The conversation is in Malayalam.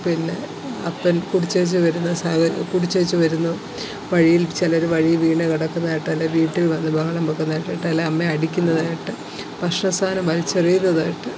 പിന്നെ അപ്പൻ കുടിച്ചേച്ച് വരുന്ന സാഹ കുടിച്ചേച്ച് വരുന്നു വഴിയിൽ ചിലര് വഴിയിൽ വീണ് കിടക്കുന്നതായിട്ട് അല്ലെങ്കില് വീട്ടിൽ വന്ന് ബഹളം വെക്കുന്നതായിട്ട് അല്ലെങ്കില് അമ്മേ അടിക്കുന്നതായിട്ട് ഭക്ഷണ സാധനം വലിച്ചെറിയുന്നതായിട്ട്